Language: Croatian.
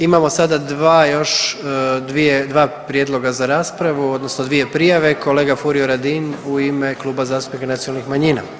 Imamo sada dva prijedloga za raspravu odnosno dvije prijave, kolega Furio Radin u ime Kluba zastupnika nacionalnih manjina.